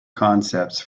concepts